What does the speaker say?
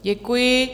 Děkuji.